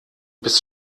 bis